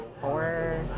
four